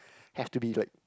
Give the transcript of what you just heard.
have to be like